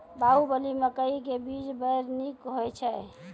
बाहुबली मकई के बीज बैर निक होई छै